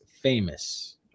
famous